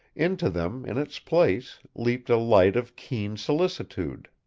into them in its place leaped a light of keen solicitude.